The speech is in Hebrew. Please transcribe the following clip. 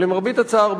למרבה הצער,